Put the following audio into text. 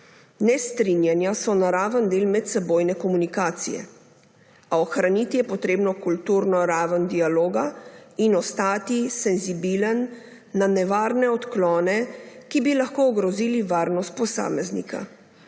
Nestrinjanja so naraven del medsebojne komunikacije, a ohraniti je potrebno kulturno raven dialoga in ostati senzibilen na nevarne odklone, ki bi lahko ogrozili varnost posameznika.